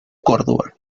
córdoba